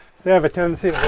they have a tendency